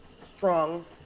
strong